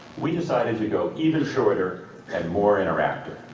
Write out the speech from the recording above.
we decided to go even shorter and more interactive.